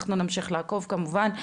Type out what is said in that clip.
אנחנו נמשיך לעקוב כמובן.